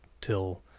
till